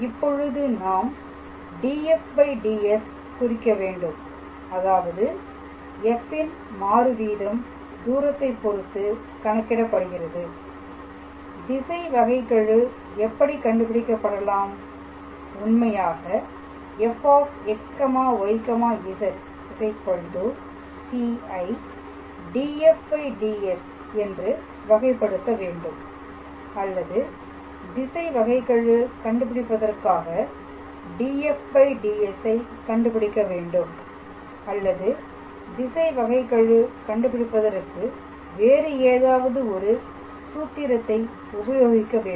இப்பொழுது நாம் dfds குறிக்க வேண்டும் அதாவது f ன் மாறு வீதம் தூரத்தை பொறுத்து கணக்கிடப்படுகிறது திசை வகைக்கெழு எப்படி கண்டுபிடிக்கப்படலாம் உண்மையாக fxyz c ஐ dfds என்று வகைப்படுத்த வேண்டும் அல்லது திசை வகைக்கெழு கண்டுபிடிப்பதற்காக dfds ஐ கண்டுபிடிக்க வேண்டும் அல்லது திசை வகைக்கெழு கண்டுபிடிப்பதற்கு வேறு ஏதாவது ஒரு சூத்திரத்தை உபயோகிக்க வேண்டும்